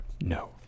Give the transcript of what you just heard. No